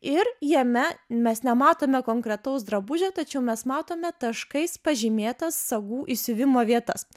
ir jame mes nematome konkretaus drabužio tačiau mes matome taškais pažymėtas sagų įsiuvimo vietas